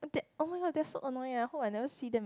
that oh-my-god they're so annoying I hope I never see them